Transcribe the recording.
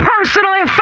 personally